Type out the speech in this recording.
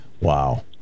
Wow